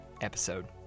episode